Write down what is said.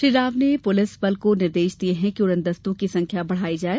श्री राव ने पुलिस बल को निर्देश दिये कि उड़नदस्तों की संख्या बढ़ाई जाये